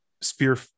spear